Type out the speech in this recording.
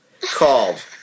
called